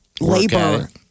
labor